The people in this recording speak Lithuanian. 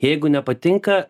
jeigu nepatinka